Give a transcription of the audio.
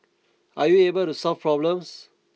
are you able to solve problems